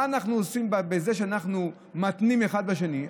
מה אנחנו עושים בזה שאנחנו מתנים אחד בשני?